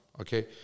okay